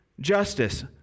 justice